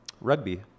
Rugby